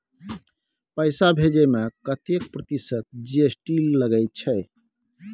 पैसा भेजै में कतेक प्रतिसत जी.एस.टी लगे छै?